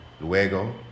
luego